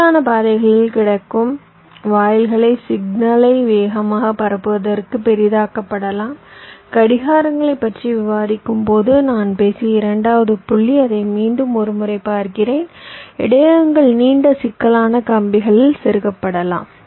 சிக்கலான பாதைகளில் கிடக்கும் வாயில்கள் சிக்னலை வேகமாகப் பரப்புவதற்கு பெரிதாக்கப்படலாம் கடிகாரங்களைப் பற்றி விவாதிக்கும் போது நான் பேசிய இரண்டாவது புள்ளி அதை மீண்டும் ஒரு முறை பார்க்கிறேன் இடையகங்கள் நீண்ட சிக்கலான கம்பிகளில் செருகப்படலாம்